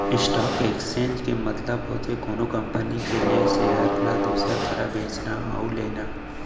stock exchange के मतलब होथे कोनो कंपनी के लेय सेयर ल दूसर करा बेचना अउ लेना